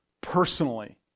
personally